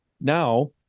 Now